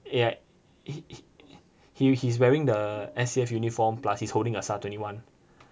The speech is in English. yeah he he he he's wearing the S_A_F uniform plus he is holding a S_A_R twenty one